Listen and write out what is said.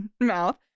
mouth